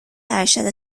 ارشد